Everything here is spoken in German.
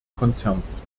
konzerns